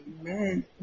Amen